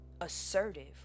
assertive